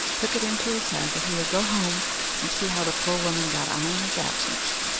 took it into his head that he would go home and see how the poor woman got on in his absence.